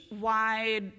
wide